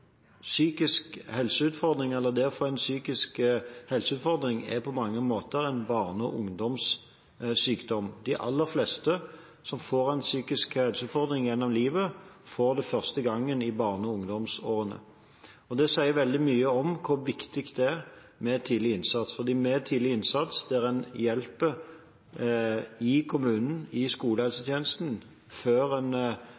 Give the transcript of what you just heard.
En psykisk helseutfordring er på mange måter en barne- og ungdomssykdom. De aller fleste som får en psykisk helseutfordring gjennom livet, får det første gangen i barne- og ungdomsårene. Det sier veldig mye om hvor viktig det er med tidlig innsats, for tidlig innsats der en hjelper i kommunen, i